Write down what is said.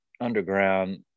Underground